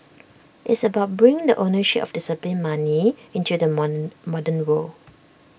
it's about bringing the ownership of disciplined money into the modern world